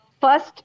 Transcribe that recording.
first